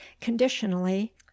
conditionally